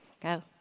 Go